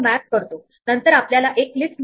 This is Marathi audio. स्टॅक हे last in first out list आहे